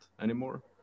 anymore